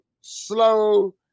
slow